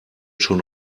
schon